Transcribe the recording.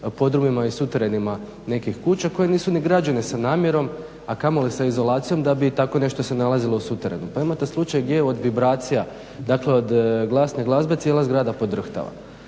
podrumima i suterenima nekih kuća koje nisu ni građene sa namjerom a kamoli sa izolacijom da bi tako nešto se nalazilo u suteranu. Pa imate slučaj gdje od vibracija, dakle od glasne glazbe cijela zgrada podrhtava.